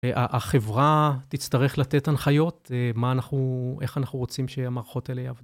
החברה תצטרך לתת הנחיות, מה אנחנו, איך אנחנו רוצים שהמערכות האלה יעבדו.